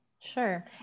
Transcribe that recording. Sure